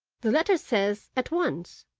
the letter says at once,